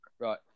Right